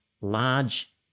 large